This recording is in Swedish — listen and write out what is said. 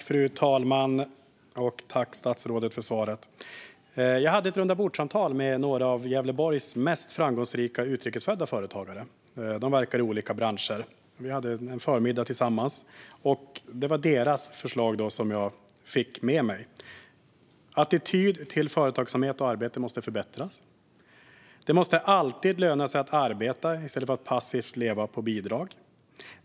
Fru talman! Tack, statsrådet, för svaret! Jag hade under en förmiddag ett rundabordssamtal tillsammans med några av Gävleborgs mest framgångsrika utrikes födda företagare. De verkar i olika branscher. Jag fick med mig deras förslag och tankar: Attityd till företagsamhet och arbete måste förbättras. Det måste alltid löna sig att arbeta i stället för att passivt leva på bidrag.